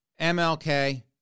MLK